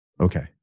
Okay